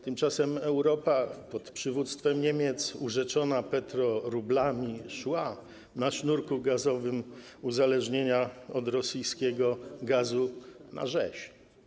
Tymczasem Europa pod przywództwem Niemiec urzeczona petrorublami szła na sznurku uzależnienia od rosyjskiego gazu na rzeź.